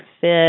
fit